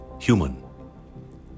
human